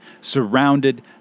surrounded